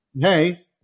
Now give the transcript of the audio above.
hey